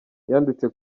yanditse